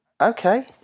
Okay